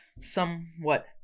somewhat